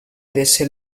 desse